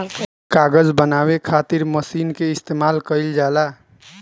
कागज बनावे के खातिर मशीन के इस्तमाल कईल जाला